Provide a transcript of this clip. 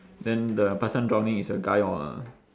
then the person drowning is a guy or a